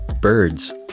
Birds